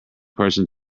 person